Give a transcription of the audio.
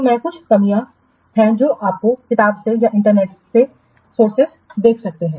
तो ये कुछ कमियां या कमियां हैं जो आप किताबों से या इंटरनेट सोर्सेस देख सकते हैं